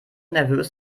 nervös